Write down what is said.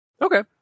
Okay